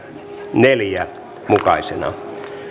neljänä mukaisena